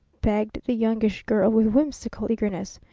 begged the youngish girl with whimsical eagerness.